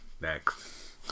Next